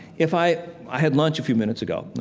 if i i had lunch a few minutes ago,